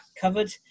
covered